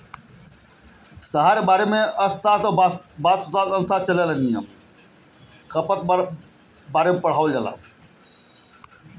अर्थशास्त्र में वस्तु, सेवा, उत्पादन, वितरण अउरी खपत के बारे में पढ़ावल जाला